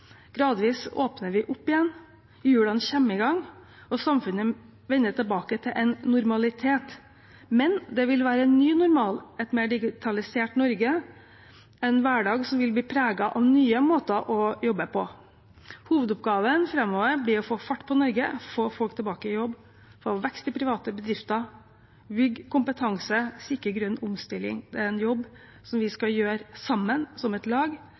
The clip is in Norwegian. Gradvis åpner vi opp igjen. Hjulene kommer i gang, og samfunnet vender tilbake til en normalitet. Men det vil være en ny normal, et mer digitalisert Norge, en hverdag som vil bli preget av nye måter å jobbe på. Hovedoppgavene framover blir å få fart på Norge, få folk tilbake i jobb, få vekst i private bedrifter, bygge kompetanse og sikre grønn omstilling. Det er en jobb som vi skal gjøre sammen, som et lag.